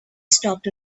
stopped